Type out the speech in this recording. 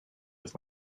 with